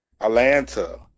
Atlanta